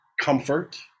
comfort